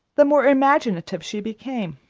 the more imaginative she became.